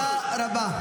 תודה רבה.